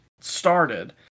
started